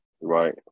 Right